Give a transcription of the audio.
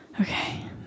okay